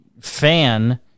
fan